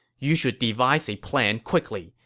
you should devise a plan quickly.